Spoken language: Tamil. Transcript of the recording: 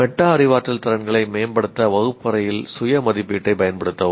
மெட்டா அறிவாற்றல் திறன்களை மேம்படுத்த வகுப்பறையில் சுய மதிப்பீட்டைப் பயன்படுத்தவும்